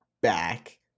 back